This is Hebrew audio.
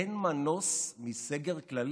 אין מנוס מסגר כללי,